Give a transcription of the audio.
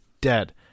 dead